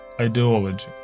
ideology